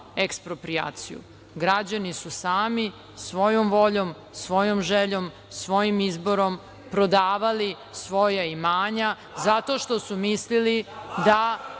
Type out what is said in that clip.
eksproprijaciju. Građani su sami, svojom voljom, svojom željom, svojim izborom prodavali svoja imanja zato što su mislili da